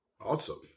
Awesome